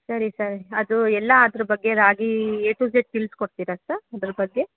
ಸರಿ ಸರ್ ಅದು ಎಲ್ಲ ಅದರ ಬಗ್ಗೆ ರಾಗಿ ಎ ಟು ಝಡ್ ತಿಳ್ಸಿಕೊಡ್ತೀರಾ ಸರ್ ಅದರ ಬಗ್ಗೆ